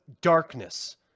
darkness